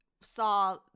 saw